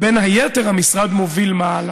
"בין היתר, המשרד מוביל מהלך,